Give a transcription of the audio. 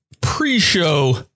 pre-show